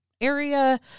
area